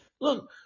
Look